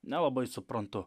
nelabai suprantu